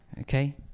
Okay